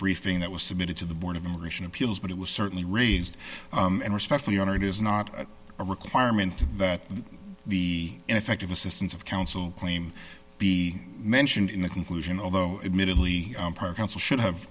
briefing that was submitted to the board of immigration appeals but it was certainly raised and respectfully honored is not a requirement that the ineffective assistance of counsel claim be mentioned in the conclusion although admittedly counsel should have